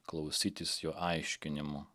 klausytis jo aiškinimų